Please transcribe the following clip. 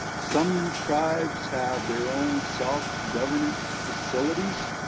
some tribes have their own self-governance facilities,